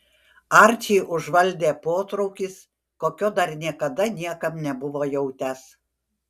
arčį užvaldė potraukis kokio dar niekada niekam nebuvo jautęs